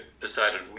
decided